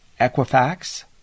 Equifax